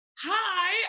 Hi